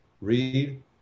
read